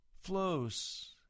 flows